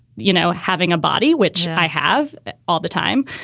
you know, having a body, which i have all the time.